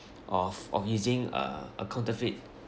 of of using uh a counterfeit